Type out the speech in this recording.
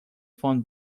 phone